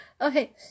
Okay